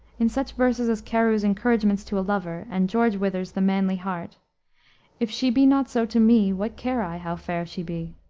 in such verses as carew's encouragements to a lover, and george wither's the manly heart if she be not so to me, what care i how fair she be?